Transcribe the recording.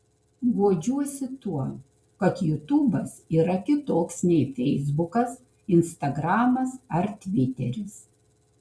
guodžiuosi tuo kad jutubas yra kitoks nei feisbukas instagramas ar tviteris